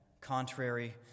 contrary